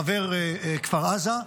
חבר כפר עזה,